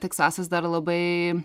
teksasas dar labai